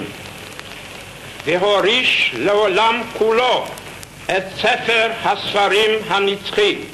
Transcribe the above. והוריש לעולם כולו את ספר הספרים הנצחי.